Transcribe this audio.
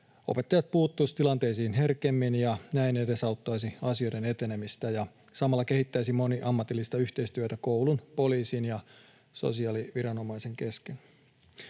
opettajat puuttuisivat tilanteisiin herkemmin ja näin edesauttaisivat asioiden etenemistä, ja samalla se kehittäisi moniammatillista yhteistyötä koulun, poliisin ja sosiaaliviranomaisten kesken.